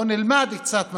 בואו נלמד קצת מההיסטוריה.